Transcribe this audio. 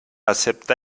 acepta